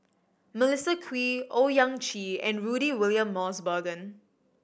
Melissa Kwee Owyang Chi and Rudy William Mosbergen